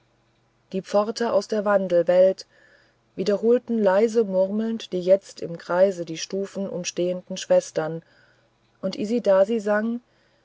die pforte aus der wandelwelt wiederholten leise murmelnd die jetzt im kreise die stufen umstehenden schwestern und isidasi sang